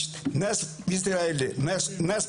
הרבה שנים נלחמתי כדי שיכירו בנו,